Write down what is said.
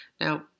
Now